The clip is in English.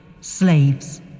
slaves